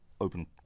open